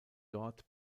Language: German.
dort